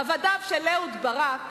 עבדיו של אהוד ברק,